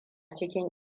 cikin